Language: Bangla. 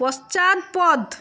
পশ্চাৎপদ